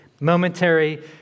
momentary